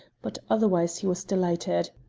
but otherwise he was delighted.